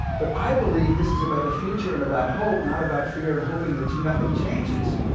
but i believe this is about the future and about hope, not about fear and hoping that nothing changes.